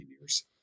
years